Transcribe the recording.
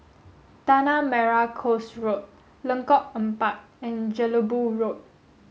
Tanah Merah Coast Road Lengkok Empat and Jelebu Road